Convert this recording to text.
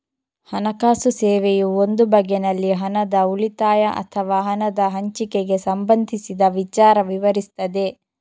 ಹಣಕಾಸು ಸೇವೆಯು ಒಂದು ಬಗೆನಲ್ಲಿ ಹಣದ ಉಳಿತಾಯ ಅಥವಾ ಹಣದ ಹಂಚಿಕೆಗೆ ಸಂಬಂಧಿಸಿದ ವಿಚಾರ ವಿವರಿಸ್ತದೆ